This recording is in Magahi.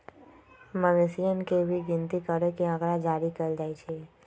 मवेशियन के भी गिनती करके आँकड़ा जारी कइल जा हई